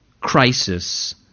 crisis